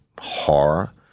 horror